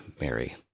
Mary